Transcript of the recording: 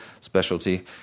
specialty